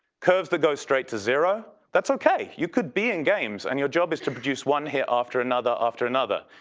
curves to go straight to zero. that's okay, you could be in games and your job is to produce one hit after another after another.